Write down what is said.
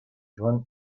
joan